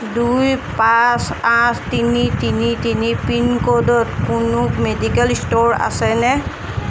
দুই পাঁচ আঠ তিনি তিনি তিনি পিনক'ডত কোনো মেডিকেল ষ্ট'ৰ আছেনে